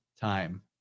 time